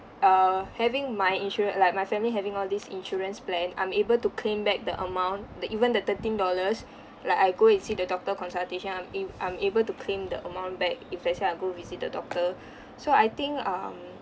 err having my insura~ like my family having all these insurance plan I'm able to claim back the amount the even the thirteen dollars like I go and see the doctor consultation I'm a~ I'm able to claim the amount back if let's say I go visit the doctor so I think um